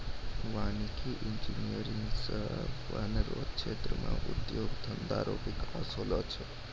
वानिकी इंजीनियर से वन रो क्षेत्र मे उद्योग धंधा रो बिकास होलो छै